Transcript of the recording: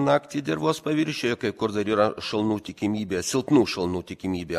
naktį dirvos paviršiuje kai kur dar yra šalnų tikimybė silpnų šalnų tikimybė